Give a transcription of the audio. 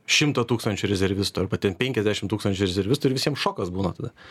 šimtą tūkstančių rezervistų arba ten penkiasdešim tūkstančių rezervistų ir visiem šokas būna tada